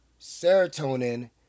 serotonin